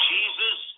Jesus